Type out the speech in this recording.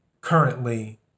currently